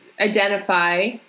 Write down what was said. identify